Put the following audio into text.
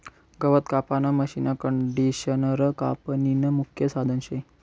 गवत कापानं मशीनकंडिशनर कापनीनं मुख्य साधन शे